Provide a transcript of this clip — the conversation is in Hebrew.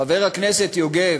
חבר הכנסת יוגב,